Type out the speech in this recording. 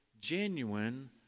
genuine